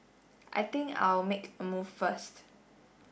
I think I'll make a move first